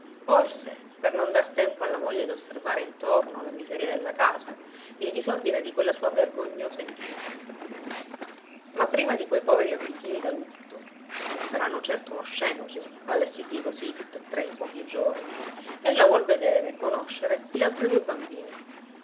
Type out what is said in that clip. forse per non dar tempo alla moglie d'osservare intorno la miseria della casa il disordine di quella sua vergognosa intimità ma prima di quei poveri abitini da lutto che saranno certo uno scempio allestiti così tutt'e tre in pochi giorni ella vuol vedere conoscere le altre due bambine